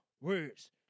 Words